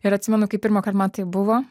ir atsimenu kai pirmąkart man taip buvo